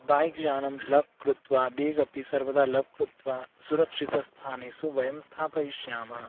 bike यानं lock कृत्वा बीगपि सर्वदा लक् कृत्वा सुरक्षितस्थानेषु वयं स्थापयिष्यामः